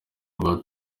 rwa